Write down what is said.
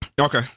Okay